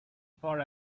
far